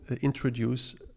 introduce